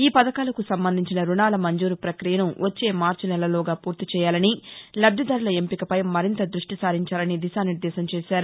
ఈ పధకాలకు సంబంధించిన రుణాల మంజూరు ప్రపక్రియను వచ్చే మార్చి నెలలోగా పూర్తి చేయాలని లబ్దిదారుల ఎంపికపై మరింత దృష్టి సారించాలని దిశానిర్దేశంచేశారు